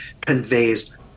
conveys